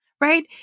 right